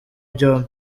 byombi